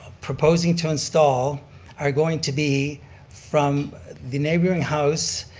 proposing to install are going to be from the neighboring house,